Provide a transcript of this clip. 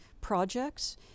projects